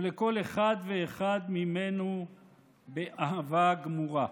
ולכל אחד ואחד ממנו באהבה גמורה.